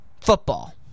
football